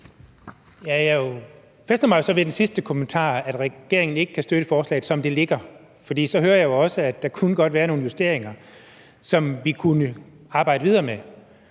Jeg fæstnede mig jo så ved den sidste kommentar om, at regeringen ikke kan støtte forslaget, som det ligger, for så hører jeg jo også, at der godt kunne være nogle justeringer, som vi kunne arbejde videre med.